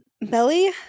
Belly